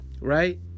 Right